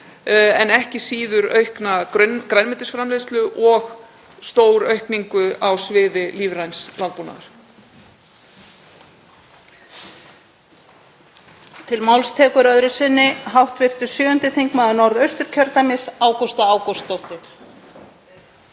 en ekki síður aukna grænmetisframleiðslu og stóraukningu á sviði lífræns landbúnaðar.